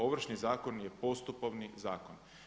Ovršni zakon je postupovni zakon.